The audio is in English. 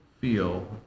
feel